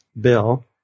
bill